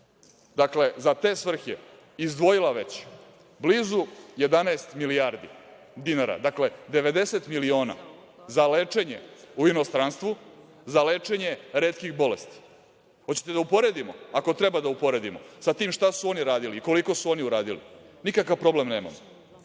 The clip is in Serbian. za te svrhe izdvojila je već blizu 11 milijardi dinara, dakle 90 miliona za lečenje u inostranstvu, za lečenje retkih bolesti. Hoćete da uporedimo, ako treba da uporedimo sa tim šta su oni radili i koliko su oni uradili? Nikakav problem nemamo.